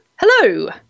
hello